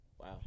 Wow